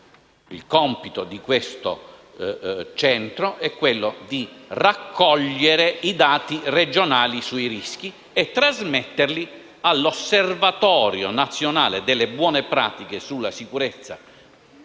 Il compito di questo Centro è di raccogliere i dati regionali sui rischi e trasmetterli all'Osservatorio nazionale delle buone pratiche sulla sicurezza